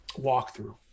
walkthrough